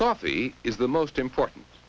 coffee is the most important